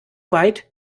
weit